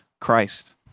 Christ